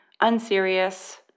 unserious